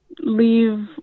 leave